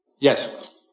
Yes